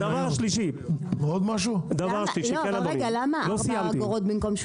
למה זה קורה?